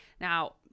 Now